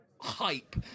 hype